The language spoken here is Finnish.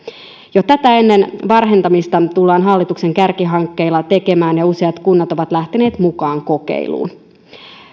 jo tätä ennen varhentamista tullaan hallituksen kärkihankkeilla tekemään ja useat kunnat ovat lähteneet mukaan kokeiluun